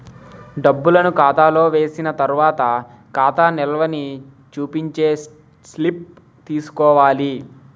డబ్బులను ఖాతాలో వేసిన తర్వాత ఖాతా నిల్వని చూపించే స్లిప్ తీసుకోవాలి